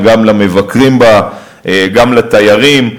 ירושלים, גם למבקרים בה, גם לתיירים.